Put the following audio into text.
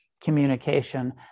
communication